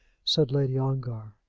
said lady ongar.